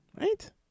Right